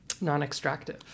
non-extractive